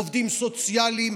עובדים סוציאליים,